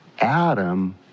Adam